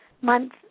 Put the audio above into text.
month